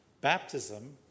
baptism